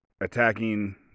attacking